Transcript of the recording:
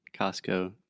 Costco